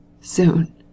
Soon